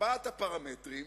ארבעת הפרמטרים.